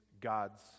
God's